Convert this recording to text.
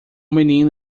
menino